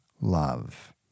love